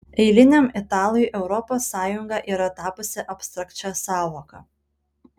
eiliniam italui europos sąjunga yra tapusi abstrakčia sąvoka